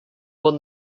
won